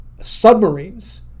submarines